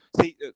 See